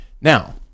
Now